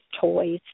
toys